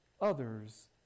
others